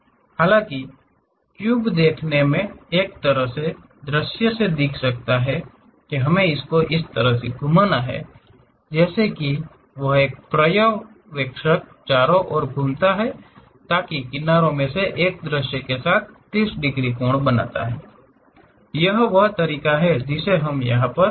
हालाँकि क्यूब देखने में एक तरह के दर्ष्य से दिख सकता है हमें इस तरह से घूमना है जैसे कि एक पर्यवेक्षक चारों ओर घूमता है ताकि किनारों में से एक दृश्य के साथ 30 डिग्री कोण बनाता है यही वह तरीका है जिसे हमें यहा पर दिखाना होगा